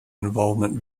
involvement